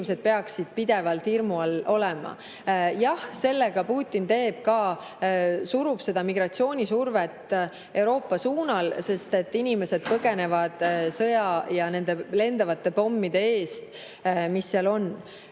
peaksid pidevalt hirmu all olema. Jah, sellega Putin surub ka migratsioonisurvet Euroopa suunal, sest inimesed põgenevad sõja ja nende lendavate pommide eest, mis seal on.